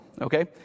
Okay